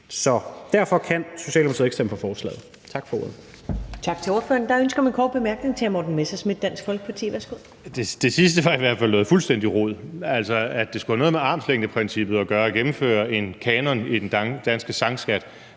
Så derfor kan Socialdemokratiet ikke stemme for forslaget.